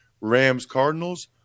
Rams-Cardinals